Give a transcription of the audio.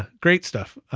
great stuff.